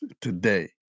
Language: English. today